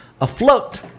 afloat